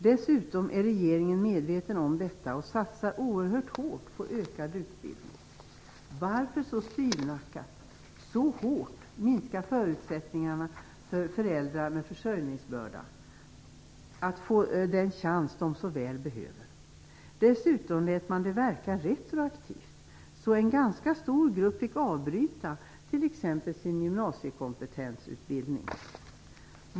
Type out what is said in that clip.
Regeringen är också medveten om detta och satsar oerhört hårt på ökad utbildning. Varför minskar man då så styvnackat och hårt förutsättningarna för föräldrar med försörjningsbörda att få den chans de så väl behöver? Man lät dessutom beslutet verka retroaktivt, så att en ganska stor grupp fick avbryta t.ex. sin gymnasiekompetensutbildning.